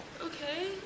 Okay